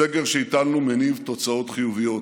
הסגר שהטלנו מניב תוצאות חיוביות: